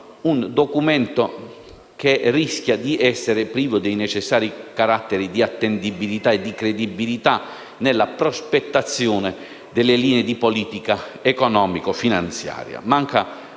il Documento in esame rischia di essere privo dei necessari caratteri di attendibilità e credibilità nella prospettazione delle linee di politica economico-finanziaria.